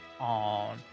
on